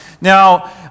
Now